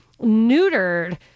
neutered